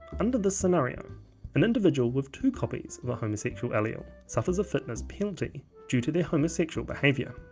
under this scenario an individual with two copies of a homosexual allele suffers a fitness penalty due to their homosexual behaviour.